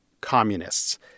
communists